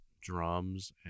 drums